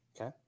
Okay